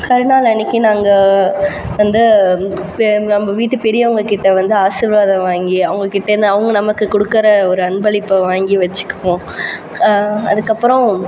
கரிநாள் அன்றைக்கி நாங்கள் வந்து நம்ம வீட்டு பெரியவங்கக்கிட்டே வந்து ஆசிர்வாதம் வாங்கி அவங்கக்கிட்டேந்து அவங்க நமக்கு கொடுக்கற ஒரு அன்பளிப்ப வாங்கி வச்சுக்குவோம் அதுக்கப்புறம்